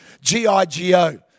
G-I-G-O